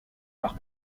par